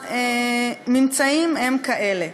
והממצאים הם כאלה: